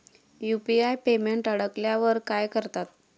UPI payment अडकल्यावर काय करतात?